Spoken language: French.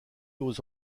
aux